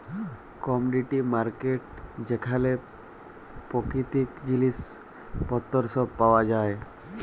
commodity market যেখালে পাকিতিক জিলিস পত্তর ছব পাউয়া যায়